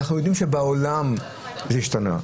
אנחנו יודעים שבעולם זה השתנה,